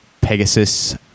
Pegasus